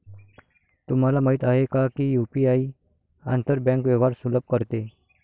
तुम्हाला माहित आहे का की यु.पी.आई आंतर बँक व्यवहार सुलभ करते?